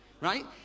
Right